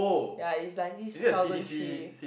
ya is like this thousand three